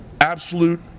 Absolute